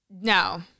No